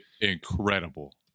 incredible